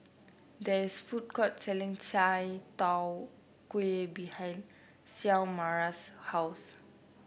there is a food court selling Chai Tow Kuay behind Xiomara's house